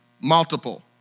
multiple